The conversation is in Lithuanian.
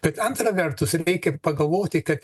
tai antra vertus reikia pagalvoti kad